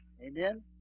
Amen